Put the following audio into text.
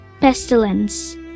pestilence